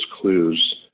clues